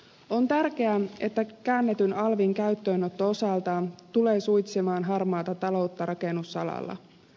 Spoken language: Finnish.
on tärkeää että käännetyn alvin käyttöönotto osaltaan tulee suitsimaan harmaata taloutta rakennusalalla